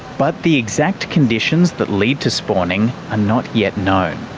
but the exact conditions that lead to spawning are not yet known.